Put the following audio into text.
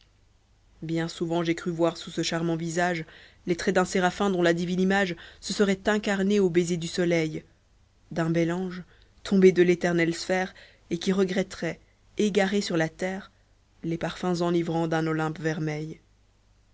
bien souvent j'ai cru voir sous ce charmant visage les traits d'un séraphin dont la divine image se serait incarnée aux baisers du soleil d'un bel ange tombé de l'éternelle sphère et qui regretterait égaré sur la terre les parfums enivrants d'un olympe vermeil